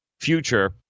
future